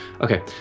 Okay